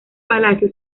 palacio